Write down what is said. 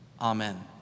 Amen